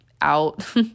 out